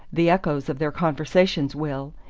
the echoes of their conversation will.